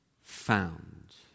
Found